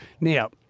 now